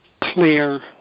clear